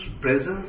presence